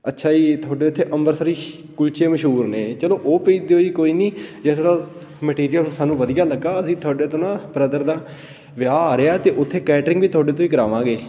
ਅੱਛਾ ਜੀ ਤੁਹਾਡੇ ਇੱਥੇ ਅੰਬਰਸਰੀ ਕੁਲਚੇ ਮਸ਼ਹੂਰ ਨੇ ਚਲੋ ਉਹ ਭੇਜ ਦਿਉ ਜੀ ਕੋਈ ਨਹੀਂ ਜੇ ਤੁਹਾਡਾ ਮਟੀਰੀਅਲ ਸਾਨੂੰ ਵਧੀਆ ਲੱਗਾ ਅਸੀਂ ਤੁਹਾਡੇ ਤੋਂ ਨਾ ਬ੍ਰਦਰ ਦਾ ਵਿਆਹ ਆ ਰਿਹਾ ਅਤੇ ਉੱਥੇ ਕੈਟਰਿੰਗ ਵੀ ਤੁਹਾਡੇ ਤੋਂ ਹੀ ਕਰਾਵਾਂਗੇ